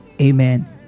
Amen